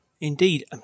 Indeed